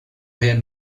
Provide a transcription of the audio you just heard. real